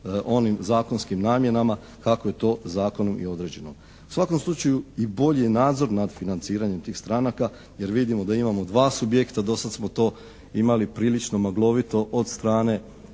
onim zakonskim namjenama kako je to zakonom i određeno. U svakom slučaju i bolji je nadzor nad financiranjem tih stranaka jer vidimo da imamo dva subjekta, do sada smo to imali prilično maglovito od strane,